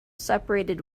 separated